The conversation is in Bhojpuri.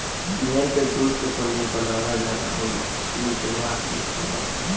भेड़ के दूध के पनीर बनावल जाला अउरी ओकनी के मांस भी खाईल जाला